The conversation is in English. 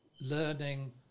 learning